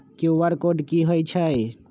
QR code कि हई छई?